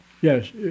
Yes